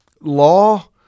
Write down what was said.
Law